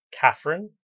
Catherine